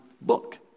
book